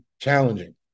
challenging